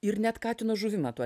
ir net katino žuvimą tu